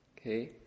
Okay